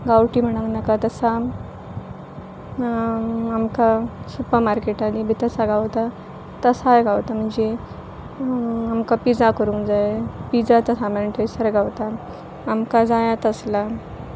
गांवठी म्हणांक नाका तसां आमकां सुपरमार्केटांनी बी तसां गावता तसांय गावता म्हणजे आमकां पिझ्झा करूंक जाय पिझ्झाचां सामान थंयसर गावता आमकां जायां तसलां